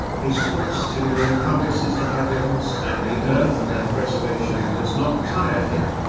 his footstool encompasses the heavens and the earth and their preservation does not tire him.